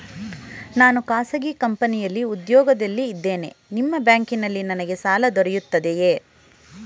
ನಾನು ಖಾಸಗಿ ಕಂಪನಿಯಲ್ಲಿ ಉದ್ಯೋಗದಲ್ಲಿ ಇದ್ದೇನೆ ನಿಮ್ಮ ಬ್ಯಾಂಕಿನಲ್ಲಿ ನನಗೆ ಸಾಲ ದೊರೆಯುತ್ತದೆಯೇ?